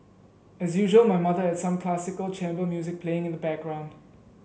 as usual my mother had some classical chamber music playing in the background